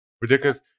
ridiculous